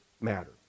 matter